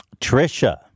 Trisha